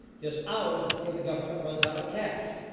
just hours before the government runs out of cash.